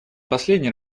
последний